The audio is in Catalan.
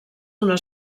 una